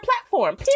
platform